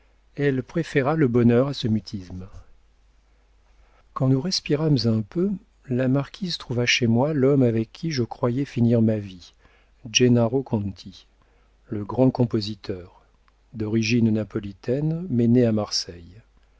elle préféra le bonheur à ce mutisme quand nous respirâmes un peu la marquise trouva chez moi l'homme avec qui je croyais finir ma vie gennaro conti le grand compositeur d'origine napolitaine mais né à marseille